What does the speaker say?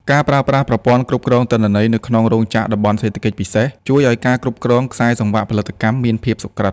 ការប្រើប្រាស់ប្រព័ន្ធគ្រប់គ្រងទិន្នន័យ នៅក្នុងរោងចក្រ តំបន់សេដ្ឋកិច្ចពិសេស ជួយឱ្យការគ្រប់គ្រងខ្សែសង្វាក់ផលិតកម្មមានភាពសុក្រឹត។